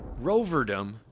Roverdom